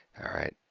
alright!